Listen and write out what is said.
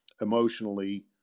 emotionally